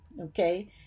okay